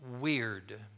weird